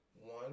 one